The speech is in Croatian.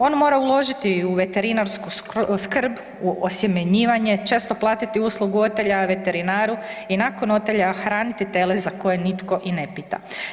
On mora uložiti u veterinarsku skrb, u osjemenjivanje, često platiti uslugu otelja veterinaru i nakon otelja hraniti tele za koje nitko i ne pita.